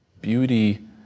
Beauty